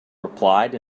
replied